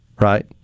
right